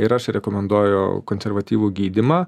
ir aš rekomenduoju konservatyvų gydymą